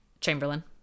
Chamberlain